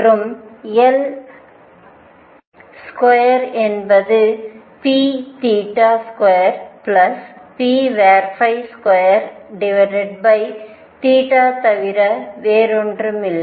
மற்றும் L square என்பது p2p2 தவிர வேறில்லை